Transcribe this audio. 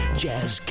jazz